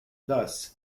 thus